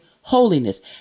holiness